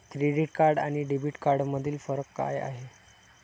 Credit card आणि debit कार्डमधील फरक काय आहे?